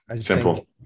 simple